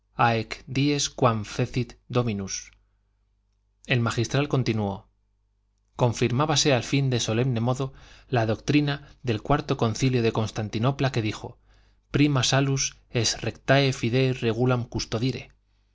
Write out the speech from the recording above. dies quam fecit dominus el magistral continuó confirmábase al fin de solemne modo la doctrina del cuarto concilio de constantinopla que dijo prima salus est rectae fidei regulam custodire